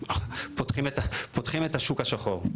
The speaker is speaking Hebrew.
פותחים את השוק השחור.